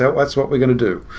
so that's what we're going to do.